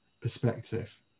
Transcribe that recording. perspective